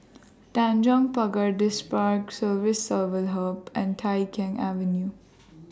Tanjong Pagar Distripark Civil Service Hub and Tai Keng Avenue